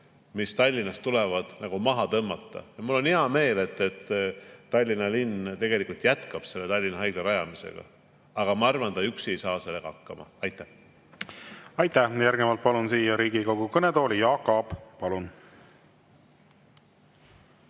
mis Tallinnas tulevad, maha tõmmata. Ja mul on hea meel, et Tallinna linn tegelikult jätkab Tallinna Haigla rajamist. Aga ma arvan, et üksi ta ei saa sellega hakkama. Aitäh! Järgnevalt palun siia Riigikogu kõnetooli, Jaak Aab. Palun!